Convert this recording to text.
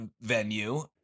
venue